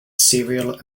serial